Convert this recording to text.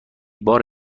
بار